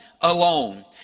alone